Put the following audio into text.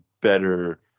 better